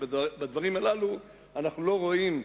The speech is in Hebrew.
ובדברים הללו אנחנו לא רואים,